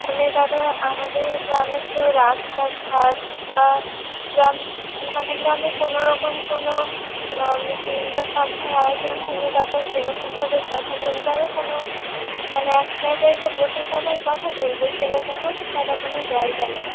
মানে দাদা আমাদের গ্রামে তো রাস্তাঘাট গ্রাম মানে গ্রামে কোনোরকম কোন মিটিং বা সভার আয়োজন হলে দাদা সেরকমভাবে কথা বলবারও কোন মানে এক জায়গায় যে বসে সবাই কথা বলবে সেরকমও দাদা কোন জায়গা নেই